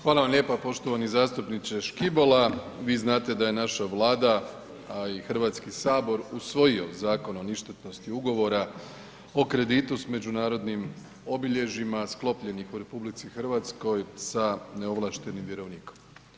Hvala vam lijepa poštovani zastupniče Škibola, vi znate da je naša Vlada, a i HS usvojio Zakon o ništetnosti ugovora o kreditu s međunarodnim obilježjima sklopljenih u RH sa neovlaštenim vjerovnikom.